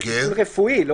לטיפול רפואי.